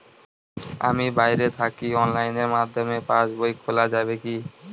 আমি বাইরে থাকি অনলাইনের মাধ্যমে পাস বই খোলা যাবে কি?